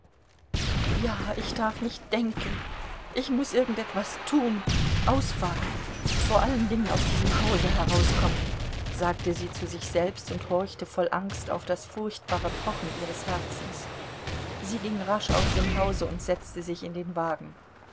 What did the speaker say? ja ich darf nicht denken ich muß irgend etwas tun ausfahren vor allen dingen aus diesem hause herauskommen sagte sie zu sich selbst und horchte voll angst auf das furchtbare pochen ihres herzens sie ging rasch aus dem hause und setzte sich in den wagen